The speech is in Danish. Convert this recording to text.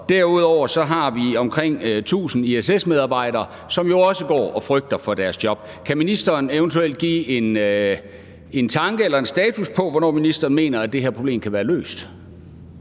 Derudover har vi omkring 1.000 ISS-medarbejdere, som jo også går og frygter for deres job. Kan ministeren eventuelt give en tanke eller en status på, hvornår ministeren mener det her problem kan være løst?